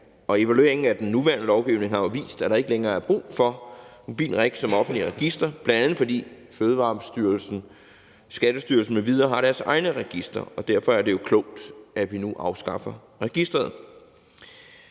Evalueringen af den nuværende lovgivning har jo vist, at der ikke længere er brug for MobiltReg som offentligt register, bl.a. fordi Fødevarestyrelsen, Skattestyrelsen m.v. har deres egne registre. Derfor er det jo klogt, at vi nu afskaffer registeret.